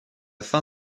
fin